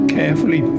carefully